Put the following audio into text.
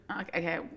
Okay